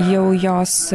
jau jos